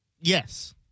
Yes